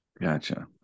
Gotcha